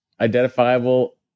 identifiable